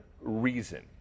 reason